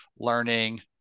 learning